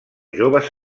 joves